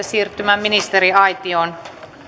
siirtymään ministeriaitioon